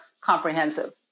comprehensive